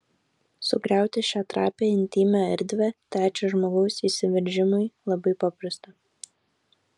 sugriauti šią trapią intymią erdvę trečio žmogaus įsiveržimu labai paprasta